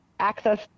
access